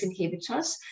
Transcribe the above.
inhibitors